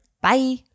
Bye